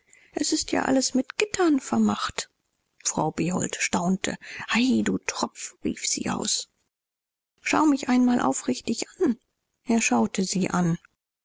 es ist ja alles mit gittern vermacht frau behold staunte ei du tropf rief sie aus schau mich einmal aufrichtig an er schaute sie an